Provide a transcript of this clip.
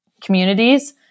communities